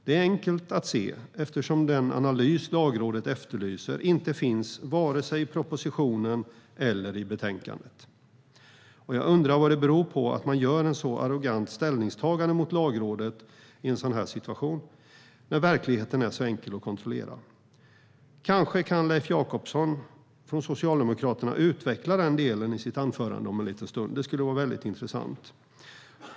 Det är enkelt att se eftersom den analys Lagrådet efterlyser inte finns vare sig i propositionen eller i betänkandet. Jag undrar vad det beror på att man gör ett så arrogant ställningstagande mot Lagrådet i en sådan här situation, när verkligheten är så enkel att kontrollera. Kanske kan Leif Jacobsson från Socialdemokraterna utveckla den delen i sitt anförande om en liten stund. Det skulle vara intressant.